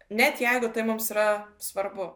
net jeigu tai mums yra svarbu